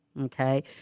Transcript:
okay